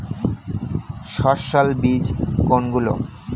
সস্যল বীজ কোনগুলো?